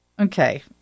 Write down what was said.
Okay